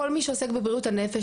כל מי שעוסק בבריאות הנפש,